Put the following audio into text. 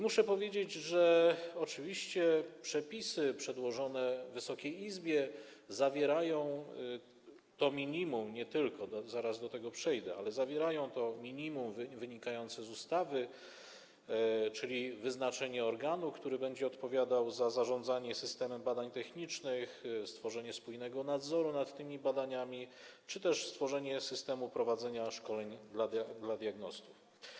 Muszę powiedzieć, że oczywiście przepisy przedłożone Wysokiej Izbie zawierają to minimum - zaraz do tego przejdę - wynikające z ustawy, czyli wyznaczenie organu, który będzie odpowiadał za zarządzanie systemem badań technicznych, stworzenie spójnego nadzoru nad tym badaniami czy też stworzenie systemu prowadzenia szkoleń dla diagnostów.